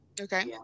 Okay